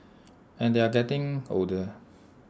and they're getting older